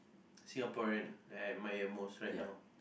Singaporean that I admire most right now